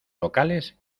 locales